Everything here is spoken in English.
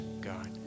God